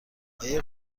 آیا